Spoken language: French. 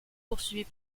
poursuivit